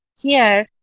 here,